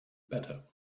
better